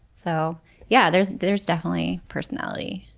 so yeah, there's there's definitely personality.